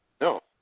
No